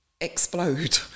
explode